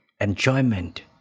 enjoyment